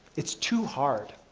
it's too hard.